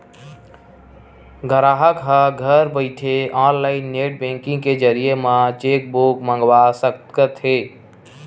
गराहक ह घर बइठे ऑनलाईन नेट बेंकिंग के जरिए म चेकबूक मंगवा सकत हे